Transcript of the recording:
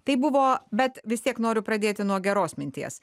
tai buvo bet vis tiek noriu pradėti nuo geros minties